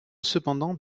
cependant